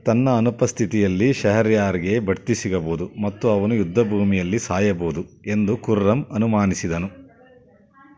ತನ್ನ ಅನುಪಸ್ಥಿತಿಯಲ್ಲಿ ಶಹರ್ಯಾರ್ಗೆ ಬಡ್ತಿ ಸಿಗಬಹುದು ಮತ್ತು ಅವನು ಯುದ್ಧಭೂಮಿಯಲ್ಲಿ ಸಾಯಬಹುದು ಎಂದು ಖುರ್ರಮ್ ಅನುಮಾನಿಸಿದನು